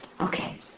Okay